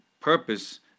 purpose